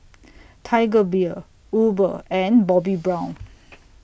Tiger Beer Uber and Bobbi Brown